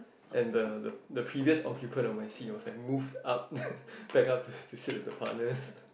and the the the previous occupant of my seat was like moved up back up to to sit with the partners